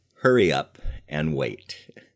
hurry-up-and-wait